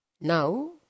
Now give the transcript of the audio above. Now